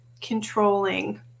controlling